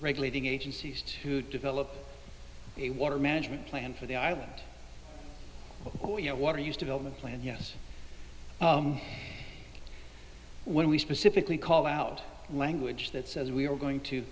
regulating agencies to develop a water management plan for the island water use development plan yes when we specifically call out language that says we are going